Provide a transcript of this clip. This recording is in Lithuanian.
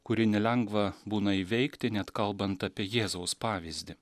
kurį nelengva būna įveikti net kalbant apie jėzaus pavyzdį